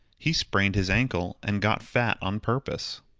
he sprained his ankle and got fat on purpose.